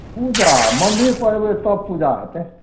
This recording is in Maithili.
पूजा मन्दिरपर अएबै तब पूजा हेतै